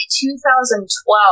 2012